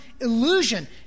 illusion